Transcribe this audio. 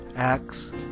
Acts